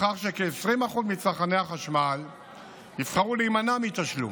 לכך שכ-20% מצרכני החשמל יבחרו להימנע מתשלום.